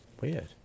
Weird